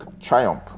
triumph